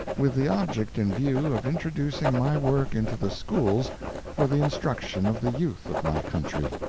with the object in view of introducing my work into the schools for the instruction of the youth of my country.